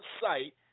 site